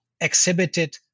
exhibited